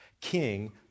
king